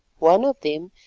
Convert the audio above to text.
one of them,